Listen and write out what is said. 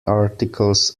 articles